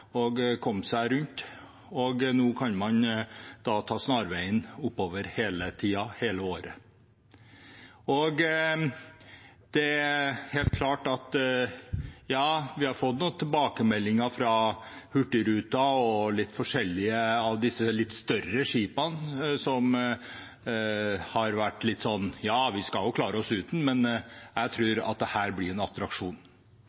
og komme seg rundt. Nå kan man ta snarveien oppover hele tiden, hele året. Det er helt klart at vi har fått noen tilbakemeldinger fra Hurtigruten og andre av disse større skipene som har vært litt sånn: Ja, vi skal nok klare oss uten. Men jeg